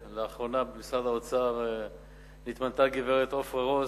לאחרונה התמנתה במשרד האוצר גברת עפרה רוס,